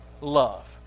love